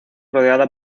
rodeada